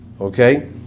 okay